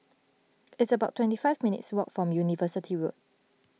it's about twenty five minutes' walk form University Road